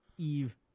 eve